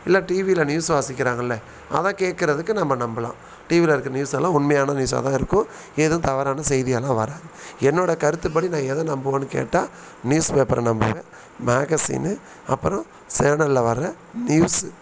இல்லை டிவியில் நியூஸ் வாசிக்கிறாங்கல்ல அதைக் கேட்கறதுக்கு நம்ம நம்பலாம் டிவியில் இருக்கிற நியூஸெல்லாம் உண்மையான நியூஸாக தான் இருக்கும் எதுவும் தவறான செய்தியாலாம் வராது என்னோடய கருத்துப்படி நான் எதை நம்புவேன்னு கேட்டால் நியூஸ் பேப்பரை நம்புவேன் மேகஸினு அப்புறம் சேனலில் வர நியூஸு